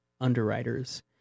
underwriters